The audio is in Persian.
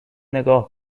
نگاه